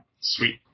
Sweet